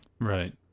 Right